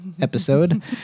episode